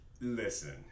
Listen